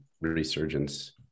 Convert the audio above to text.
resurgence